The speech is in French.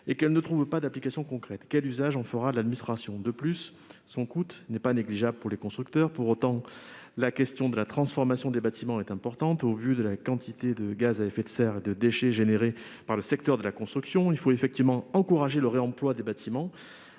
et ne trouve pas d'application concrète. Quel usage en fera l'administration ? De surcroît, son coût ne sera pas négligeable pour les constructeurs. Pour autant, la question de la transformation des bâtiments est importante au regard de la quantité de gaz à effet de serre et de déchets générés par le secteur de la construction. Il faut effectivement encourager le réemploi des bâtiments